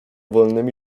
wolnymi